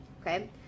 okay